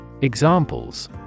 Examples